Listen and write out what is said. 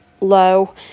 low